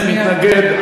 יש מתנגד.